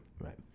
Right